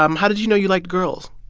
um how did you know you liked girls?